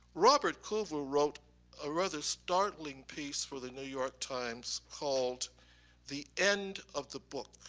robert coover wrote a rather starting piece for the new york times called the end of the book.